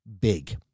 big